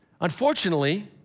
Unfortunately